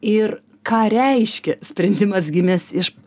ir ką reiškia sprendimas gimęs iš